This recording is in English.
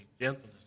gentleness